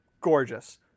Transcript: gorgeous